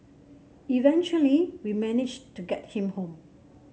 eventually we managed to get him home